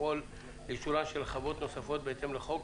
לפעול לאישורן של חוות נוספות בהתאם לחוק